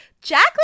Jack